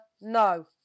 No